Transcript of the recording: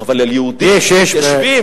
אבל על יהודים מתיישבים,